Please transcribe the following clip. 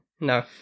No